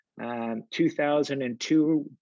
2002